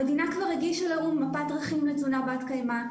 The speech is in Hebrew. המדינה כבר הגישה לאו"ם מפת דרכים לתזונה בת קיימא,